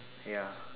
ya